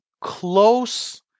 close